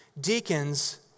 Deacons